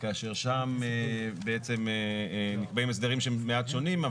כאשר שם בעצם נקבעים הסדרים שהם מעט שונים,